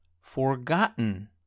forgotten